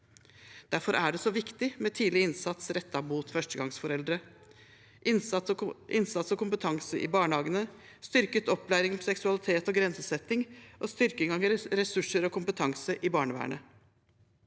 Derfor er det så viktig med tidlig innsats rettet mot førstegangsforeldre, innsats og kompetanse i barnehagene, styrket opplæring om seksualitet og grensesetting og styrking av ressurser og kompetanse i barnevernet.